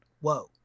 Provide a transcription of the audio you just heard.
whoa